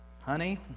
Honey